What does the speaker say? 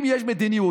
אם יש מדיניות,